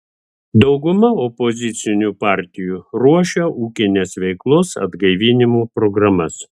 dauguma opozicinių partijų ruošia ūkinės veiklos atgaivinimo programas